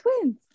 twins